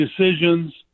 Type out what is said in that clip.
decisions